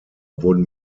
wurden